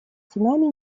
цунами